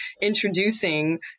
introducing